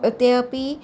ते अपि